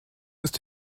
ist